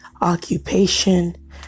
occupation